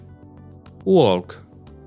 Walk